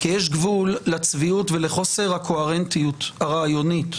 כי יש גבול לצביעות ולחוסר הקוהרנטיות הרעיונית.